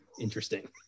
interesting